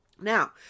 now